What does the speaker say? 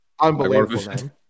Unbelievable